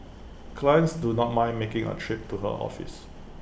clients do not mind making A trip to her office